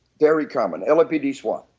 very common. lapd swat,